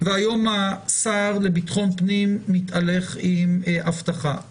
והיום השר לביטחון פנים מתהלך עם אבטחה.